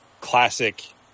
classic